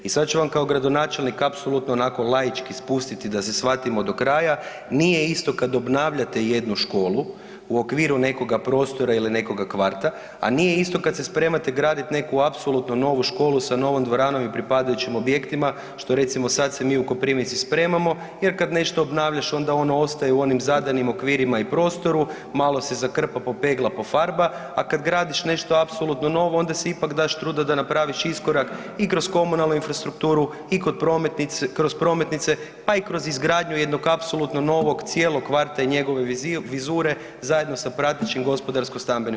I sada ću vam kao gradonačelnik apsolutno onako laički spustiti da se svatimo do kraja, nije isto kada obnavljate jednu školu u okviru nekoga prostora ili nekoga kvarta, a nije isto kada se spremate graditi neku apsolutno novu školu sa novom dvoranom i pripadajućim objektima što recimo sad se mi u Koprivnici spremamo jer kada nešto obnavljaš onda ono ostaje u onim zadanim okvirima i prostoru, malo se zakrpa, popegla, pofarba, a kada gradiš nešto apsolutno novo onda si ipak daš truda da napraviš iskorak i kroz komunalnu infrastrukturu i kroz prometnice, pa i kroz izgradnju jednog apsolutno novog cijelog kvarta i njegove vizure zajedno sa pratećim gospodarsko stambenim